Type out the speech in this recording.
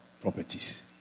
properties